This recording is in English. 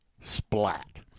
splat